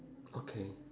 okay